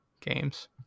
games